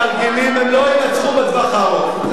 בתרגילים הם לא ינצחו בטווח הארוך.